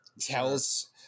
tells